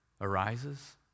arises